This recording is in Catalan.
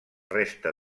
resta